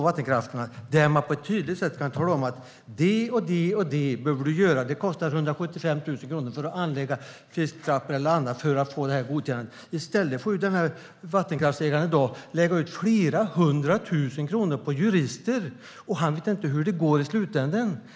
Man skulle kunna tala om på ett tydligt sätt vilka åtgärder som behöver vidtas för ett godkännande, som att anlägga fisktrappor eller annat, och att det kommer att kosta 175 000 kronor eller vad som nu är fallet. I stället får vattenkraftsägaren i dag lägga ut flera hundra tusen kronor på jurister, men han vet inte hur det går i slutändan.